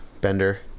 Bender